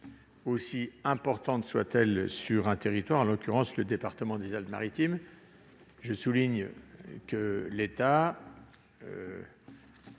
aussi importante soit-elle, sur un territoire, en l'occurrence le département des Alpes-Maritimes. Je rappelle que,